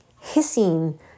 hissing